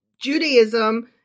Judaism